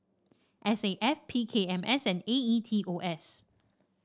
S A F P K M S and A E T O S